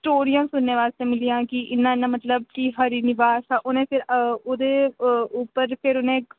स्टोरियां सुनने बास्तै मिलियां कि इ'न्ना इ'न्ना मतलब कि हरी निवास उ'नें च ओह्दे उप्पर उ'नें